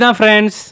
friends